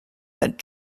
that